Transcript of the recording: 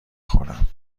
خورم